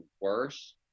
worse